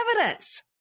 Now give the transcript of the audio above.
evidence